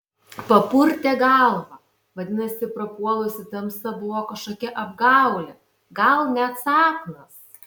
papurtė galvą vadinasi prapuolusi tamsa buvo kažkokia apgaulė gal net sapnas